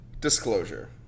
disclosure